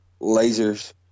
lasers